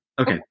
Okay